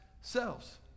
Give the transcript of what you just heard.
selves